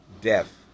Death